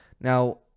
Now